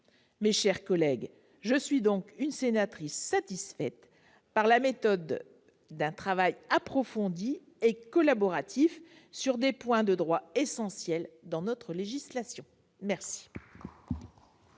Mes chers collègues, je suis donc une sénatrice satisfaite de la méthode adoptée, qui a permis un travail approfondi et collaboratif sur des points de droit essentiels de notre législation. Personne